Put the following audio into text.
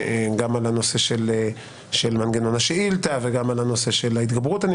מנגנון השאילתה ועניין ההתגברות,